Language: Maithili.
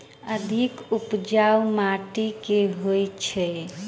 अधिक उपजाउ माटि केँ होइ छै?